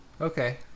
okay